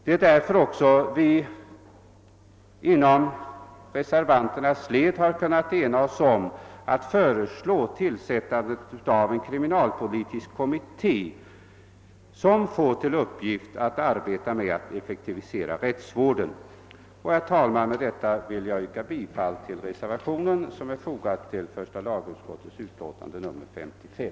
Det är också därför vi inom reservanternas led kunnat enas om att föreslå tillsättandet av en kriminalpolitisk kommitté som skulle få till uppgift att arbeta med att effektivisera rättsvården. Herr talman! Med detta vill jag yrka bifall till den reservation som är fogad till första lagutskottets utlåtande nr 55.